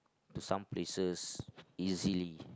to some places easily